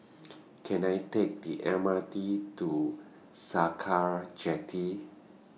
Can I Take The M R T to Sakra Jetty